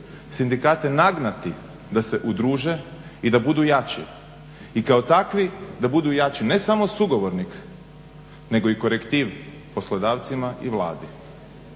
sindikate nagnati da se udruže i da budu jači i kao takvi da budu jači ne samo sugovornik nego i korektiv poslodavcima i Vladi.